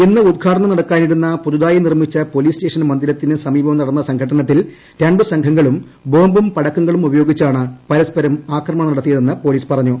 ഇന്ന് ഉദ്ഘാടനം നടക്കാനിരുന്ന പുതുതായി നിർമ്മിച്ച പോലീസ് സ്റ്റേഷൻ മന്ദിരത്തിനു സമീപം നടന്ന സംഘട്ടനത്തിൽ ര ് സംഘങ്ങളും ബോംബും പടക്കങ്ങളും ഉപയോഗിച്ചാണ് പരസ്പരം ആക്രമണം നടത്തിയതെന് പോലീസ് പറഞ്ഞു